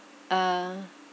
uh